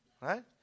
Right